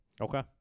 Okay